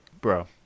Bro